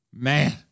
Man